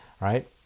right